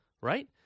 Right